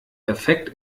effekt